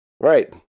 Right